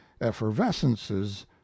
effervescences